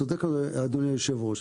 צודק אדוני יושב הראש.